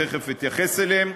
תכף אתייחס אליהם.